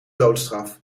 doodstraf